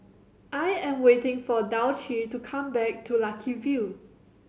I am waiting for Dulcie to come back to Lucky View